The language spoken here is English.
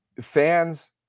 Fans